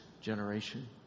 generation